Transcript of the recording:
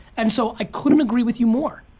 and so i couldn't agree with you more.